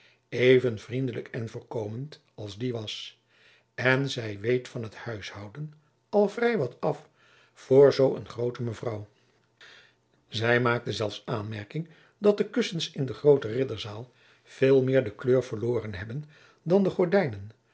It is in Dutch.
even vriendelijk en voorkomend als die was en zij weet van het huishouden al vrij wat af voor zoo een groote mevrouw zij maakte zelfs de aanmerking dat de kussens in de groote ridderzaal veel meer de kleur verloren hebben dan de gordijnen